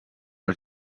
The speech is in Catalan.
els